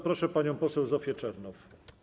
Proszę panią poseł Zofię Czernow.